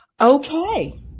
Okay